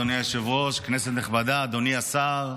אדוני היושב-ראש, כנסת נכבדה, אדוני השר,